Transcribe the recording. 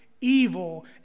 evil